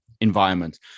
environment